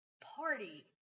party